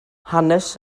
hanes